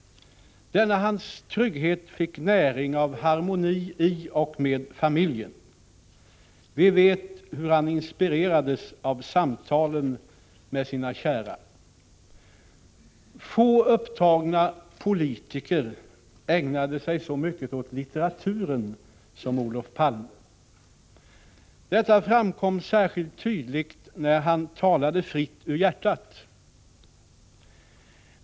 Denna hans trygghet fick näring av harmoni i och med familjen. Vi vet hur han inspirerades av samtalen med sina kära. Få upptagna politiker ägnade sig så mycket åt litteraturen som Olof Palme. Detta framkom särskilt tydligt när han talade fritt ur hjärtat.